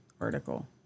article